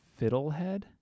Fiddlehead